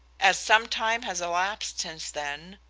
as some time has elapsed since then,